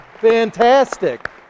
Fantastic